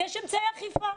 אז יש אמצעי אכיפה.